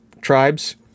Tribes